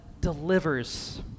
delivers